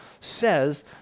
says